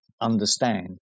understand